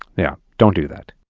yeah, don't do that